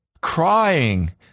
crying